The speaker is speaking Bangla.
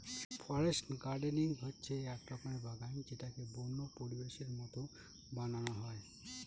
ফরেস্ট গার্ডেনিং হচ্ছে এক রকমের বাগান যেটাকে বন্য পরিবেশের মতো বানানো হয়